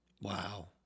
Wow